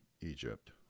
Egypt